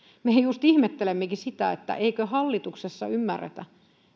mehän just ihmettelemmekin sitä että eikö hallituksessa ymmärretä